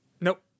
Nope